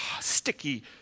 sticky